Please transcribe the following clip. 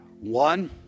One